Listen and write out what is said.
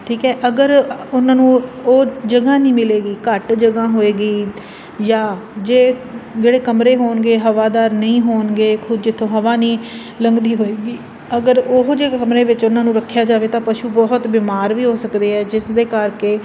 ਠੀਕ ਹੈ ਅਗਰ ਉਹਨਾਂ ਨੂੰ ਉਹ ਜਗ੍ਹਾ ਨਹੀਂ ਮਿਲੇਗੀ ਘੱਟ ਜਗ੍ਹਾ ਹੋਏਗੀ ਜਾਂ ਜੇ ਜਿਹੜੇ ਕਮਰੇ ਹੋਣਗੇ ਹਵਾਦਾਰ ਨਹੀਂ ਹੋਣਗੇ ਕੁਝ ਇਥੋਂ ਹਵਾ ਨਹੀਂ ਲੰਘਦੀ ਹੋਏਗੀ ਅਗਰ ਉਹੋ ਜਿਹੇ ਕਮਰੇ ਵਿੱਚ ਉਹਨਾਂ ਨੂੰ ਰੱਖਿਆ ਜਾਵੇ ਤਾਂ ਪਸ਼ੂ ਬਹੁਤ ਬਿਮਾਰ ਵੀ ਹੋ ਸਕਦੇ ਹੈ ਜਿਸ ਦੇ ਕਰਕੇ